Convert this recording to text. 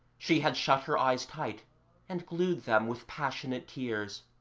she had shut her eyes tight and glued them with passionate tears.